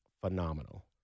phenomenal